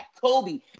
Kobe